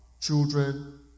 children